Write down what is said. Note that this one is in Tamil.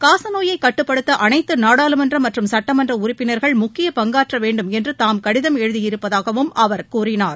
காசநோயை கட்டுப்படுத்த அனைத்து நாடாளுமன்ற மற்றும் சட்டமன்ற உறுப்பினர்கள் முக்கிய பங்காற்ற வேண்டும் என்று தாம் கடிதம் எழுதியிருப்பதாகவும் அவர் கூறினார்